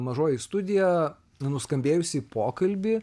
mažoji studija nuskambėjusį pokalbį